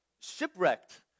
shipwrecked